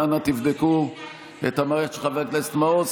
אנא תבדקו את המערכת של חבר הכנסת מעוז.